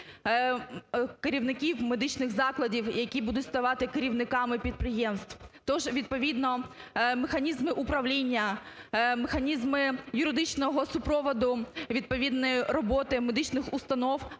керівників медичних закладів, які будуть ставати керівниками підприємств. Тож відповідно механізми управління, механізми юридичного супроводу відповідної роботи медичних установ